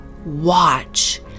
Watch